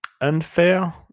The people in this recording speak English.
Unfair